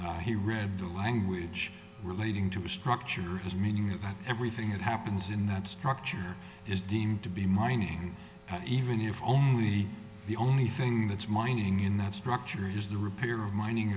he read the language relating to the structure has meaning in everything that happens in that structure is deemed to be mining even if only the only thing that's mining in that structure is the repair of mining